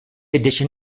edition